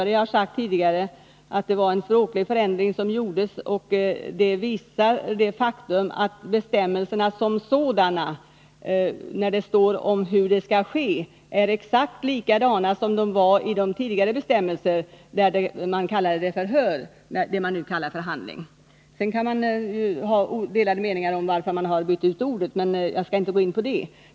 Det var en språklig förändring som gjordes; det visar det faktum att bestämmelserna som sådana är exakt desamma som tidigare med undantag för att vad man förut kallade förhör nu kallas förhandling. Man kan naturligtvis ha delade meningar om detta utbyte av ord, men det skall jag inte gå in på här.